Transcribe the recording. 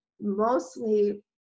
mostly